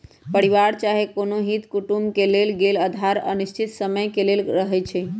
परिवार चाहे कोनो हित कुटुम से लेल गेल उधार अनिश्चित समय के लेल रहै छइ